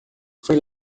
foi